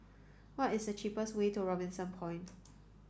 what is the cheapest way to Robinson Point